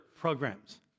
programs